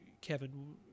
kevin